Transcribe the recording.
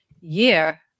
year